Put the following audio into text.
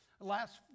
Last